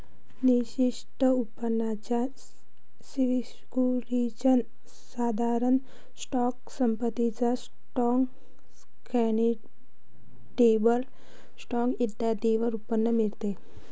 निश्चित उत्पन्नाच्या सिक्युरिटीज, साधारण स्टॉक, पसंतीचा स्टॉक, कन्व्हर्टिबल स्टॉक इत्यादींवर उत्पन्न मिळते